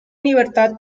libertad